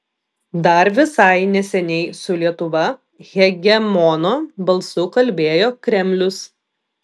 dar visai neseniai su lietuva hegemono balsu kalbėjo kremlius